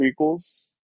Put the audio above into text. prequels